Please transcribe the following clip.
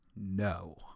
No